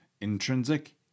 intrinsic